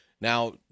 Now